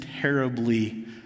terribly